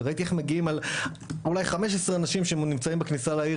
וראיתי איך אולי 15 אנשים נמצאים בכניסה לעיר